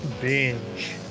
Binge